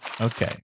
Okay